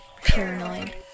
paranoid